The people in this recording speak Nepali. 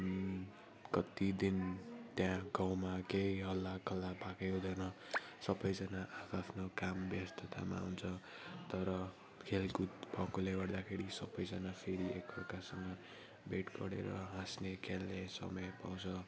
कति दिन त्यहाँ गाउँमा केही हल्लाखल्ला भएकै हुँदैन सबैजना आआफ्नो काम व्यस्ततामा हुन्छ तर खेलकुद भएकोले गर्दाखेरि सबैजना फेरि एकअर्कासँग भेट गरेर हाँस्ने खेल्ने समय पाउँछ